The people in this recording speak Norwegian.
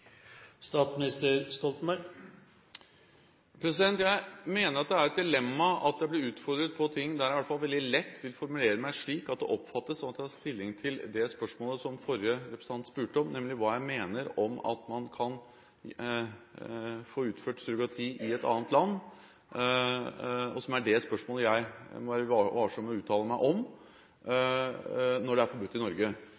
Jeg mener det er et dilemma at jeg blir utfordret på ting der jeg i hvert fall veldig lett vil formulere meg slik at det oppfattes som at jeg tar stilling til det spørsmålet som forrige representant spurte om, nemlig hva jeg mener om at man kan få utført surrogati i et annet land, og som er det spørsmålet jeg må være varsom med å uttale meg om